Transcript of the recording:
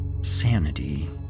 sanity